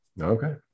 Okay